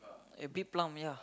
at big plum ya